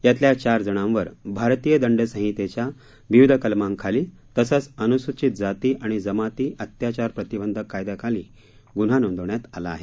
यातल्या चारजणांवर भारतीय दंड संहितेच्या विविध कलमांखाली तसंच अनुसूचित जाती आणि जमाती अत्याचार प्रतिबंधक कायदयाखाली गुन्हा नोंदवण्यात आला आहे